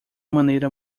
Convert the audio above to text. maneira